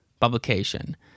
publication